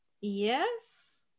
yes